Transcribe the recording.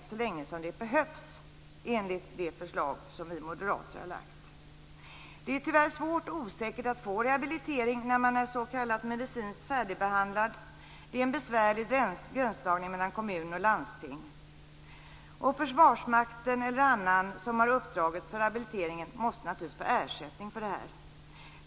så länge som det behövs, enligt det förslag som vi moderater har lagt fram. Det är tyvärr svårt att få rehabilitering när man är s.k. medicinskt färdigbehandlad, och det är osäkert om man får det. Det är en besvärlig gränsdragning mellan kommun och landsting. Försvarsmakten, eller den som har ansvaret för rehabiliteringen, måste naturligtvis få ersättning för det.